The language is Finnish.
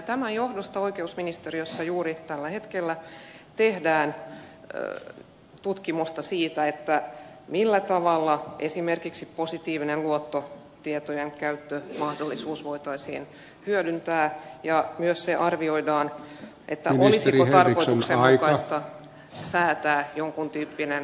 tämän johdosta oikeusministeriössä juuri tällä hetkellä tehdään tutkimusta siitä millä tavalla esimerkiksi positiivinen luottotietojen käyttömahdollisuus voitaisiin hyödyntää ja myös se arvioidaan olisiko tarkoituksenmukaista säätää jonkun tyyppinen korkokatto